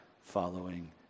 following